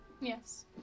Yes